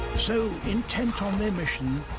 so intent on their mission,